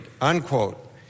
unquote